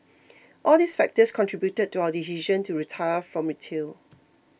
all these factors contributed to our decision to retire from retail